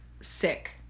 sick